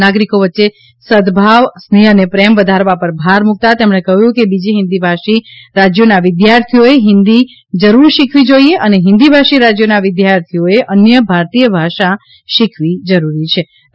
નાગરિકો વચ્ચે સદભાવ સ્નેહ અને પ્રેમ વધારવા પર ભાર મૂકતા તેમણે કહ્યું કે બીન હિન્દી ભાષી રાજ્યોના વિદ્યાર્થીઓએ હિન્દી જરૂર શીખવી જોઈએ અને હિન્દી ભાષી રાજ્યોના વિદ્યાર્થીઓએ અન્ય ભારતીય ભાષા શીખવી જોઈએ